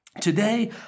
Today